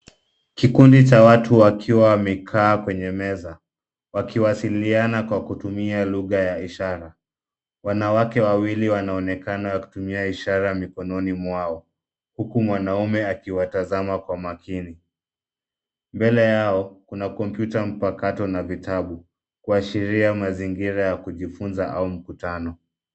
Kikundi cha watu wakiwa wamekaa kwenye meza, wakiwasiliana kwa kutumia lugha ya ishara. Wanawake wawili wanaonekana kutumia ishara mikononi mwao huku mwanaume akiwatazama kwa makini. Mbele yao kuna kompyuta mpakato na vitabu kuashiria mazingira ya kujifunza au mkutano.